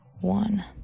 One